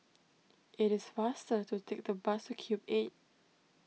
it is faster to take the bus to Cube eight